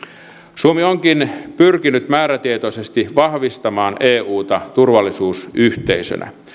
suomi onkin pyrkinyt määrätietoisesti vahvistamaan euta turvallisuusyhteisönä